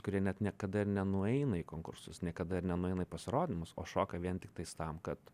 kurie net niekada ir nenueina į konkursus niekada ir nenueina į pasirodymus o šoka vien tiktais tam kad